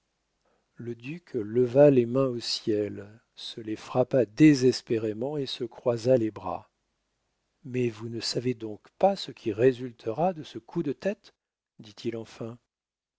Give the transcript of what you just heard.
le duc leva les mains au ciel se les frappa désespérément et se croisa les bras mais vous ne savez donc pas ce qui résultera de ce coup de tête dit-il enfin